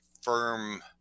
firm